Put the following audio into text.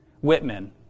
whitman